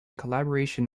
collaboration